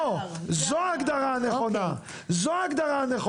זו ההגדרה הנכונה,